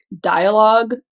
dialogue